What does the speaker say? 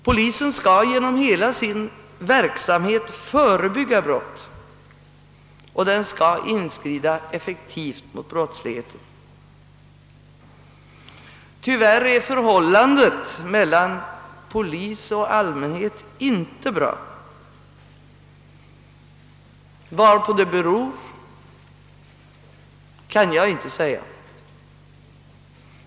Polisen skall genom hela sin verksamhet förebygga brott, och den skall inskrida effektivt mot brottsligheten. Tyvärr är förhållandena mellan polis och allmänhet inte bra. Varpå det beror kan jag inte säga.